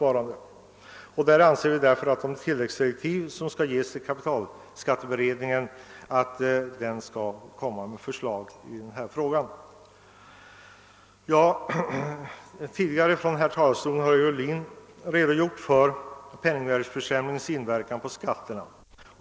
Vi anser därför att kapitalskatteberedningen bör ges tilläggsdirektiv om att lägga fram förslag om skattesystemets inverkan på sparande, investeringsvilja och ekonomisk tillväxt. Tidigare i dag har herr Ohlin från denna talarstol redogjort för penningvärdeförsämringens inverkan på skatterna.